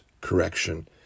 correction